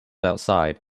outside